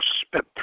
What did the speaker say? spit